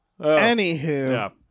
Anywho